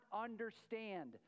understand